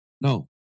No